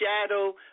shadow